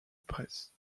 presse